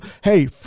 hey